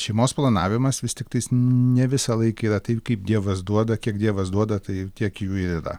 šeimos planavimas vis tiktais ne visąlaik yra taip kaip dievas duoda kiek dievas duoda tai tiek jų ir yra